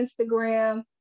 Instagram